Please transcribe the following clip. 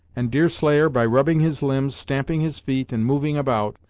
and deerslayer by rubbing his limbs, stamping his feet, and moving about,